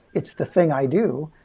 it's the thing i do.